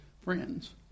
friends